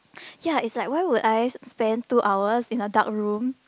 ya it's like why would I spend two hours in a dark room